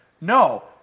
No